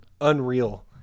Unreal